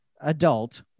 adult